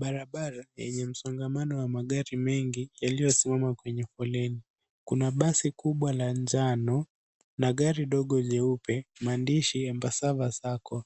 Barabara enye msongamano wa magari mengi yaliyosimama kwenye foleni. Kuna basi kubwa la njano na gari dogo nyeupe, maandishi embasava sacco,